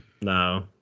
No